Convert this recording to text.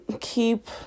keep